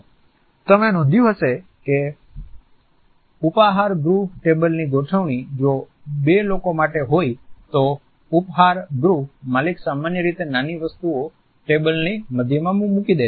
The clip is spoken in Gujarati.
તમે નોંધ્યું હશે કે ઉપાહારગૃહ ટેબલની ગોઠવણી જો બે લોકો માટે હોય તો ઉપાહારગૃહ માલિક સામાન્ય રીતે નાની વસ્તુઓ ટેબલની મધ્યમાં મૂકી દે છે